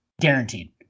guaranteed